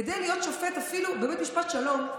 כדי להיות שופט אפילו בבית משפט שלום,